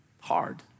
Hard